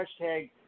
hashtag